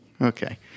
Okay